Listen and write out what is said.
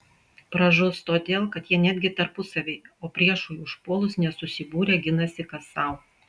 pražus todėl kad jie netgi tarpusavyje o priešui užpuolus nesusibūrę ginasi kas sau